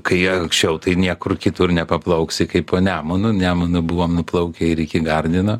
kai anksčiau tai niekur kitur nepaplauksi kaip nemunu nemunu buvom nuplaukę ir iki gardino